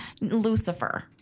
Lucifer